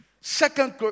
Second